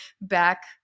back